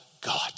God